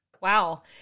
Wow